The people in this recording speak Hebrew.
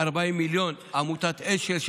40 מיליון מעמותת אשל ירושלים,